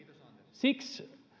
siksi